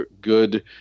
good